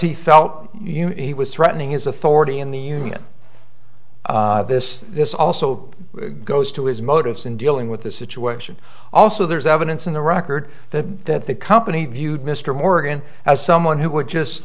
know he was threatening his authority in the union this this also goes to his motives in dealing with this situation also there's evidence in the record that the company viewed mr morgan as someone who would just